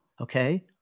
Okay